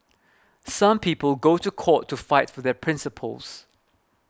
some people go to court to fight for their principles